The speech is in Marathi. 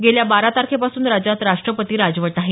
गेल्या बारा तारखेपासून राज्यात राष्ट्रपती राजवट आहे